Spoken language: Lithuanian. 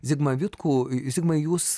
zigmą vitkų zigmai jūs